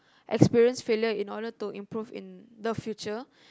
experience failure in order to improve in the future